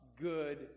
good